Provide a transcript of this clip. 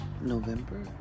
November